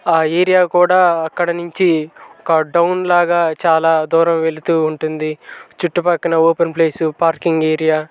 ఆ ఏరియా కూడా అక్కడ నుంచి ఒక టౌన్లాగా చాలా దూరం వెళ్తూ ఉంటుంది చుట్టుపక్కల ఓపెన్ ప్లేస్ పార్కింగ్ ఏరియా